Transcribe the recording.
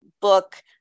book